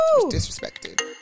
disrespected